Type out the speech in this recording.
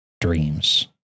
dreams